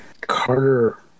Carter